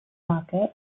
market